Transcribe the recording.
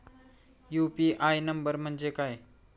UPI number म्हणजे काय?